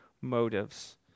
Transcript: motives